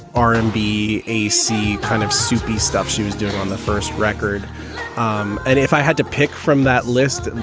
r and b, ac kind of soupy stuff she was doing on the first record um and if i had to pick from that list, and